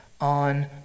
on